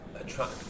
attract